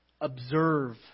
observe